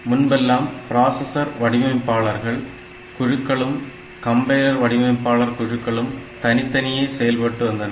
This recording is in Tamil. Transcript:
முன்பெல்லாம் ப்ராசசர் வடிவமைப்பாளர் குழுக்களும் கம்பைலர் வடிவமைப்பாளர் குழுக்களும் தனித்தனியே செயல்பட்டு வந்தன